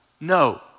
no